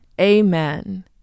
Amen